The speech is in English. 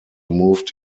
moved